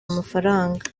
amafaranga